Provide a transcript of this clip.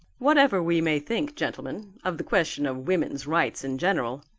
whatever we may think, gentlemen, of the question of woman's rights in general